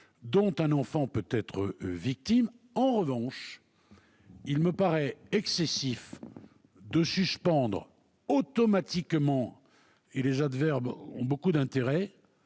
dont un enfant peut être victime. En revanche, il me paraît excessif de suspendre automatiquement- les adverbes ont beaucoup d'intérêt